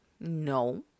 No